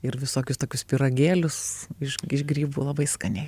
ir visokius tokius pyragėlius iš iš grybų labai skaniai